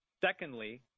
Secondly